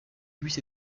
bus